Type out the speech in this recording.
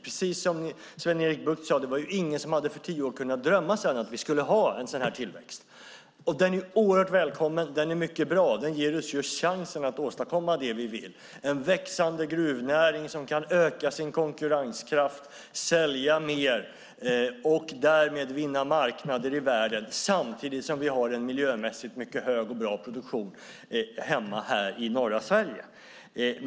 Precis som Sven-Erik Bucht sade var det ingen som för tio år sedan hade kunnat drömma om att vi skulle ha en sådan tillväxt. Den är oerhört välkommen, och den är mycket bra. Den ger oss chansen att åstadkomma det som vi vill, nämligen en växande gruvnäring som kan öka sin konkurrenskraft, sälja mer och därmed vinna marknader i världen samtidigt som vi har en miljömässigt mycket hög och bra produktion här hemma i norra Sverige.